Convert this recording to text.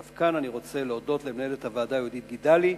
אף כאן אני רוצה להודות למנהלת הוועדה יהודית גידלי,